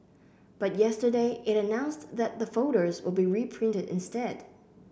but yesterday it announced that the folders will be reprinted instead